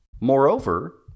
Moreover